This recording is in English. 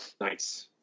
Nice